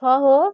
হ্যাঁ হো